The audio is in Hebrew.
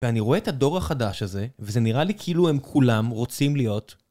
ואני רואה את הדור החדש הזה, וזה נראה לי כאילו הם כולם רוצים להיות.